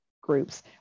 groups